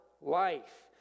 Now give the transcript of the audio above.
life